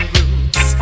Roots